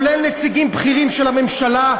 כולל נציגים בכירים של הממשלה,